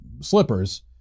slippers